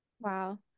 Wow